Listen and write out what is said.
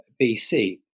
BC